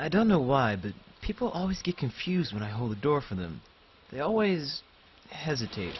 i don't know why but people always get confused when i hold the door for them they always hesitate